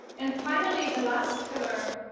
and finally, the last pillar,